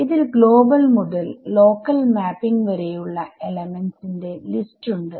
ഇതിൽ ഗ്ലോബൽ മുതൽ local mapping വരെ ഉള്ള എലമെന്റ്സ് ന്റെ ലിസ്റ്റ് ഉണ്ട്